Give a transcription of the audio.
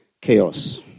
chaos